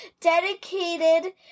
dedicated